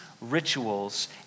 rituals